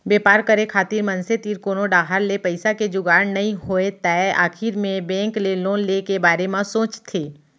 बेपार करे खातिर मनसे तीर कोनो डाहर ले पइसा के जुगाड़ नइ होय तै आखिर मे बेंक ले लोन ले के बारे म सोचथें